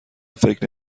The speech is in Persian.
فکر